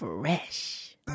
Fresh